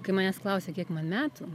kai manęs klausia kiek man metų